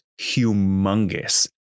humongous